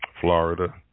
Florida